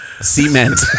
Cement